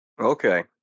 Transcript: okay